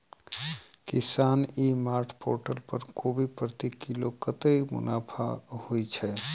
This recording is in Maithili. किसान ई मार्ट पोर्टल पर कोबी प्रति किलो कतै मुनाफा होइ छै?